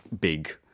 big